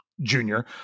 junior